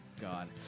God